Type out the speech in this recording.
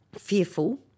fearful